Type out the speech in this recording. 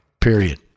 period